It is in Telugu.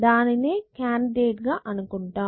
దానినే కాండిడేట్ గా అనుకుంటాం